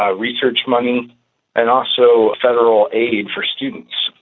ah research money and also federal aid for students.